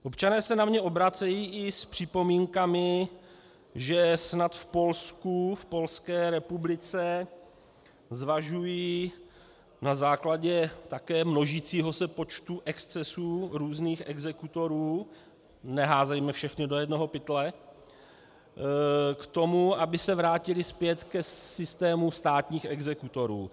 Občané se na mě obracejí i s připomínkami, že snad v Polsku, v Polské republice, zvažují na základě také množícího se počtu excesů různých exekutorů, neházejme všechny do jednoho pytle, k tomu, aby se vrátili zpět k systému státních exekutorů.